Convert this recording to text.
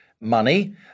money